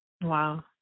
Wow